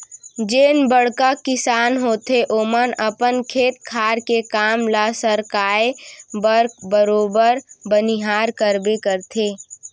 जेन बड़का किसान होथे ओमन अपन खेत खार के काम ल सरकाय बर बरोबर बनिहार करबे करथे